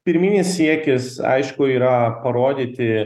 pirminis siekis aišku yra parodyti